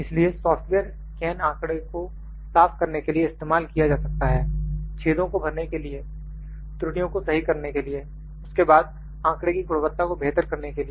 इसलिए software scan आंकड़े को साफ करने के लिए इस्तेमाल किया जा सकता है छेदो को भरने के लिए त्रुटियों को सही करने के लिए उसके बाद आंकड़े की गुणवत्ता को बेहतर करने के लिए